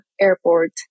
airport